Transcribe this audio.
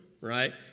right